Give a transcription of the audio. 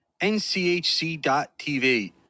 NCHC.TV